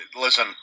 Listen